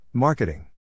Marketing